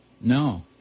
No